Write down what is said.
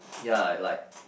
yea like